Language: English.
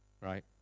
right